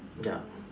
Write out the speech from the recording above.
ya